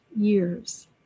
years